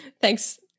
Thanks